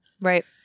Right